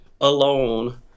alone